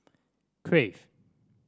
Crave